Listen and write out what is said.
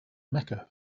mecca